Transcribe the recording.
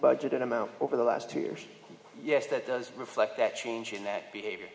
budget in amount over the last two years yes that does reflect that change in that behavior